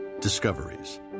discoveries